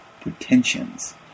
pretensions